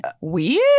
weird